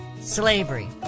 slavery